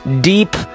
deep